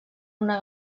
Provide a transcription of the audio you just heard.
una